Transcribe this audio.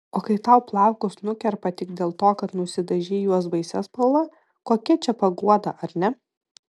o kai tau plaukus nukerpa tik dėl to kad nusidažei juos baisia spalva kokia čia paguoda ar ne